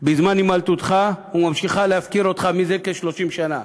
בזמן הימלטותך וממשיכה להפקיר אותך זה כ-30 שנה,